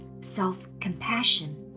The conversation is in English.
self-compassion